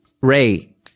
Ray